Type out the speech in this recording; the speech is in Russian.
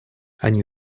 они